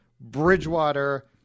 Bridgewater